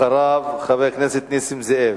אחריו, חבר הכנסת נסים זאב.